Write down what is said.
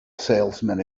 salesman